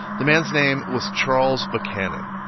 the man's name was charles buchanan.